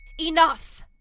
Enough